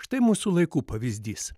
štai mūsų laikų pavyzdys